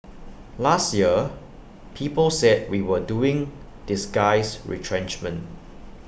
last year people said we were doing disguised retrenchment